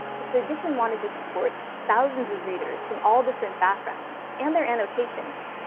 if the edition wanted to support thousands of readers from all different backgrounds and their annotations,